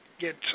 get